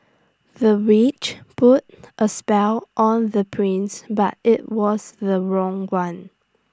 the witch put A spell on the prince but IT was the wrong one